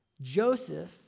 Joseph